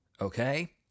Okay